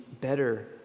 better